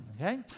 Okay